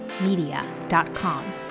media.com